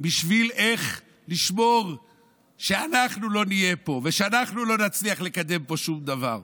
בשביל לשמור שאנחנו לא נהיה פה ושאנחנו לא נצליח לקדם פה שום דבר.